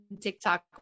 TikTok